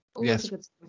Yes